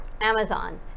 Amazon